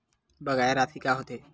बकाया राशि का होथे?